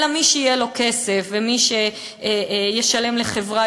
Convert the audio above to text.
אלא מי שיהיה לו כסף ומי שישלם לחברה